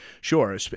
Sure